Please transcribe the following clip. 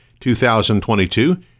2022